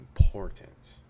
important